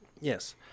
Yes